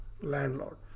landlord